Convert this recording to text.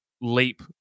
leap